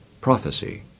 prophecy